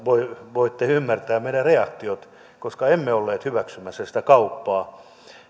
voitte ymmärtää meidän reaktiomme koska emme olleet hyväksymässä sitä kauppaa